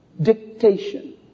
dictation